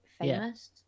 famous